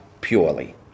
purely